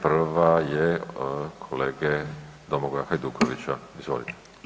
Prva je kolege Domagoja Hajduković, izvolite.